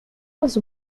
was